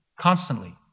constantly